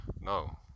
No